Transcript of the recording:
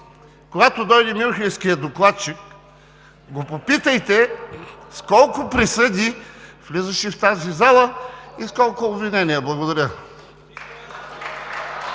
когато дойде мюнхенският докладчик, го попитайте с колко присъди влизаше в тази зала и с колко обвинения. Благодаря.